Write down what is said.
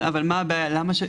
אבל מה הבעיה?